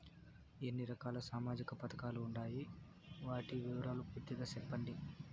ఎన్ని రకాల సామాజిక పథకాలు ఉండాయి? వాటి వివరాలు పూర్తిగా సెప్పండి?